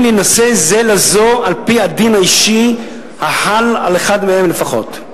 מלהינשא זה לזו על-פי הדין האישי החל על אחד מהם לפחות,